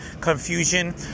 confusion